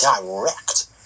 direct